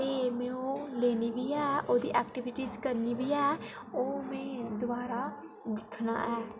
ते में ओह् लेनी बी ऐ ओह्दी ऐक्टिविटीज करनी बी ऐ ओह् बी दोबारा दिक्खना ऐ